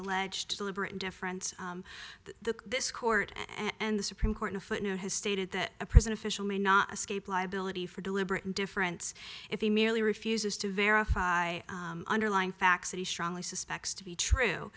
alleged deliberate indifference the this court and the supreme court in a footnote has stated that a prison official may not escape liability for deliberate indifference if he merely refuses to verify underlying facts that he strongly suspects to be true